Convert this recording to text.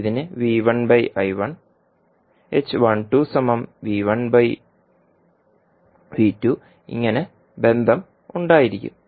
ഇതിന് ഇങ്ങനെ ബന്ധം ഉണ്ടായിരിക്കും